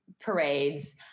parades